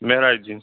Meraj uddin